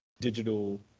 digital